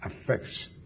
affects